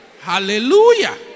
Hallelujah